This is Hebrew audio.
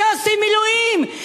שעושים מילואים,